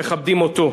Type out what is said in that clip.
מכבדים אותו.